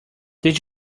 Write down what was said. did